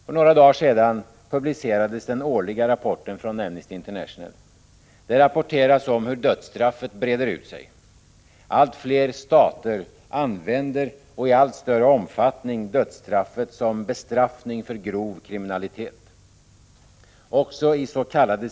För några dagar sedan publicerades den årliga rapporten från Amnesty International. Där rapporterades om hur dödsstraffet breder ut sig. Allt fler stater använder i allt större omfattning dödsstraffet som bestraffning för grov kriminalitet. Också is.k.